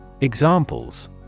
Examples